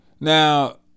now